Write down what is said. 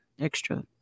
extra